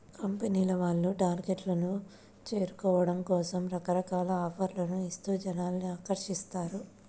కంపెనీల వాళ్ళు టార్గెట్లను చేరుకోవడం కోసం రకరకాల ఆఫర్లను ఇస్తూ జనాల్ని ఆకర్షిస్తారు